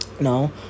no